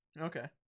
Okay